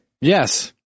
Yes